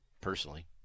personally